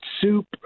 Soup